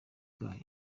bwayo